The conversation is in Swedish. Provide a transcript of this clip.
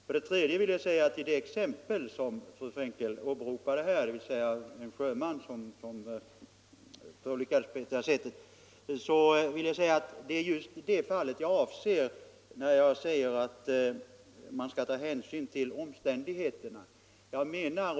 För det tredje vill jag säga att det just är sådana fall som det fru Frenkel nämnde, om en sjöman som förolyckats, som jag avser när jag förklarar att man skall ta hänsyn till omständigheterna.